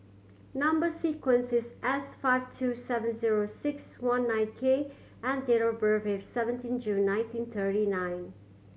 number sequence is S five two seven zero six one nine K and date of birth is seventeen June nineteen thity nine